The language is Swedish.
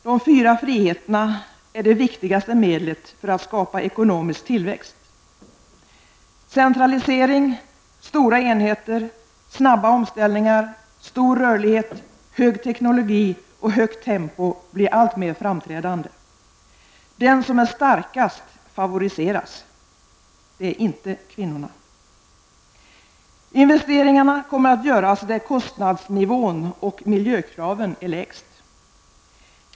De fyra friheterna är det viktigaste medlet för att skapa ekonomisk tillväxt. Centralisering, stora enheter, snabba omställningar, stor rörlighet, hög teknologi och högt tempo blir alltmer framträdande. Den som är starkast favoriseras. Det är inte kvinnorna. Investeringarna kommer att göras där kostnadsnivån och miljökraven är lägst.